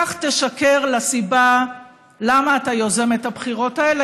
כך תשקר בנוגע לסיבה למה אתה יוזם את הבחירות האלה,